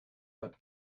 but